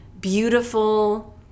beautiful